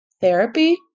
therapy